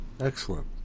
Excellent